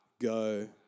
go